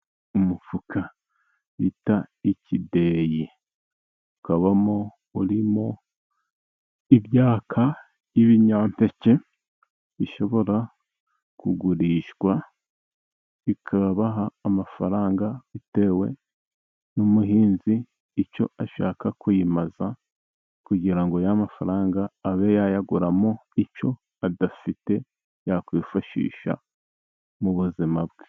Umufuka bita ikideyi, ukabamo urimo imyaka y'ibinyampeke, bishobora kugurishwa bikabaha amafaranga, bitewe n'umuhinzi icyo ashaka kuyimaza, kugira ngo ya mafaranga abe yayaguramo icyo adafite yakwifashisha mu buzima bwe.